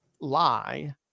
lie